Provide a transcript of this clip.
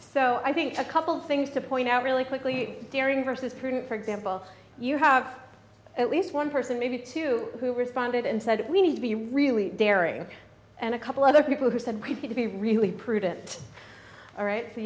so i think a couple of things to point out really quickly during vs print for example you have at least one person maybe two who responded and said we need to be really daring and a couple other people who said we'd be really prudent all right so